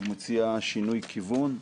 הוא מציע שינוי כיוון,